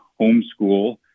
Homeschool